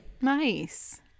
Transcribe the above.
Nice